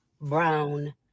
Brown